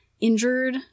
injured